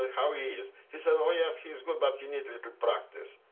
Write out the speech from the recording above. how he is? he said, oh, yes, he's good, but he needs little practice.